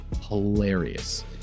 Hilarious